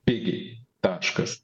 pigiai taškas